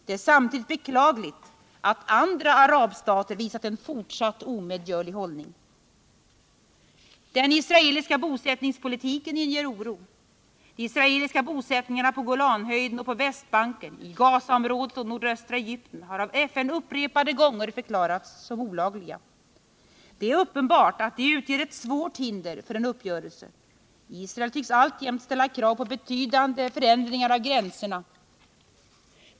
Det är samtidigt beklagligt att andra arabstater visat en fortsatt omedgörlig hållning. Den israeliska bosättningspolitiken inger oro. De israeliska bosättningarna på Golanhöjden och på Västbanken, i Gazaområdet och nordöstra Egypten har av FN upprepade gånger förklarats som olagliga. Det är uppenbart att de utgör ett svårt hinder för en uppgörelse. Israel tycks alltjämt ställa krav på betydande förändringar av gränserna.